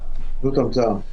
זאת המצאה.